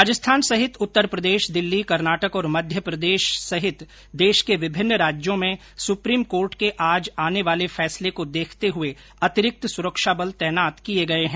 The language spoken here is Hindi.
राजस्थान सहित उत्तर प्रदेश दिल्ली कर्नाटक और मध्यप्रदेश सहित देश के विभिन्न राज्यों में सुप्रीम कोर्ट के आज आने वाले फैसले को देखते हुए अतिरिक्त सुरक्षा बल तैनात किये गये है